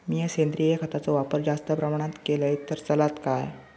मीया सेंद्रिय खताचो वापर जास्त प्रमाणात केलय तर चलात काय?